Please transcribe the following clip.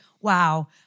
wow